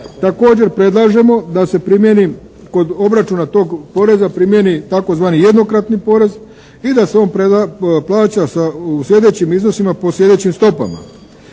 Također predlažemo da se primjeni kod obračuna tog poreza primijeni tzv. jednokratni porez i da se on plaća u slijedećim iznosima po slijedećim stopama.